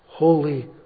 Holy